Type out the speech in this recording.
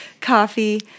coffee